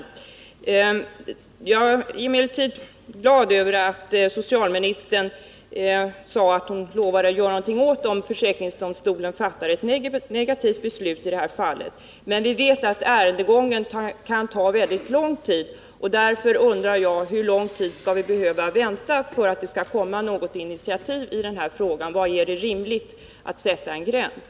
Jag är emellertid glad över att socialministern lovade att göra något åt förhållandet, om försäkringsöverdomstolen fattar ett negativt beslut i det här fallet. Vi vet att ärendegången kan ta väldigt lång tid, och därför undrar jag: Hur lång tid skall vi behöva vänta, innan det kommer ett initiativ i denna fråga? Var är det rimligt att sätta en gräns?